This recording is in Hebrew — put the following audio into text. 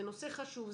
זה נושא חשוב,